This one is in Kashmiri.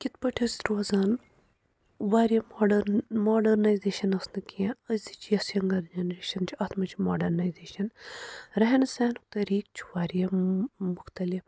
کِتھٕ پٲٹھۍ ٲسۍ روزان واریاہ ماڈٲرٕن ماڈٲرنایٔزیشن ٲس نہٕ کیٚنٛہہ أزِِچ یۅس یِہِ ینگر جَنٛریشَن چھُ اَتھ منٛز چھُ ماڈٲرنایٔزیشَن رہن سہنُک طریٖقہٕ چھُ واریاہ مُختَلِف